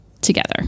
together